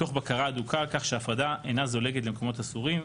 תוך בקרה הדוקה על כך שההפרדה אינה זולגת למקומות אסורים,